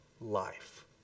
life